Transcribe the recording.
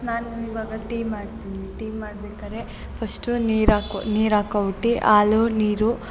ನಾನು ಇವಾಗ ಟೀ ಮಾಡ್ತೀನಿ ಟೀ ಮಾಡ್ಬೇಕಾರೆ ಫಸ್ಟು ನೀರು ಹಾಕೋ ನೀರು ಹಾಕೋ ಬಿಟ್ಟು ಹಾಲು ನೀರು